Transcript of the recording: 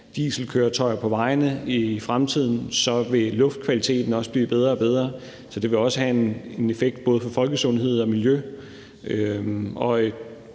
dieselkøretøjer på vejene i fremtiden, vil luftkvaliteten også blive bedre og bedre, så det vil også have en effekt både på folkesundheden og miljøet.